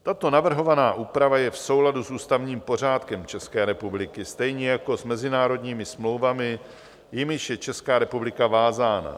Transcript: Tato navrhovaná úprava je v souladu s ústavním pořádkem České republiky, stejně jako s mezinárodními smlouvami, jimiž je Česká republika vázána.